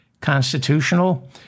constitutional